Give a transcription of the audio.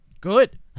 good